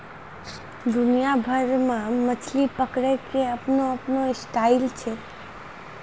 दुनिया भर मॅ मछली पकड़ै के आपनो आपनो स्टाइल छै